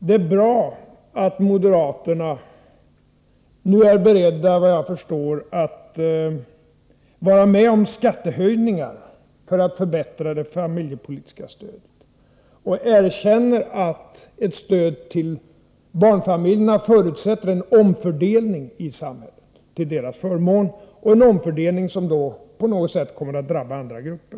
Det är bra att moderaterna, såvitt jag förstår, nu är beredda att vara med om att genomföra skattehöjningar för att förbättra det familjepolitiska stödet och erkänner att ett stöd till barnfamiljerna förutsätter en omfördelning i samhället till deras förmån, en omfördelning som då på något sätt kommer att drabba andra grupper.